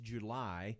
July